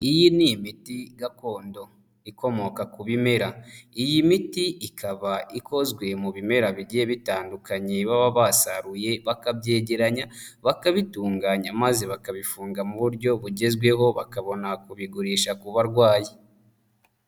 Iyi ni imiti gakondo ikomoka ku bimera, iyi miti ikaba ikozwe mu bimera bigiye bitandukanye baba basaruye bakabyegeranya bakabitunganya maze bakabifunga mu buryo bugezweho, bakabona kubigurisha ku barwayi.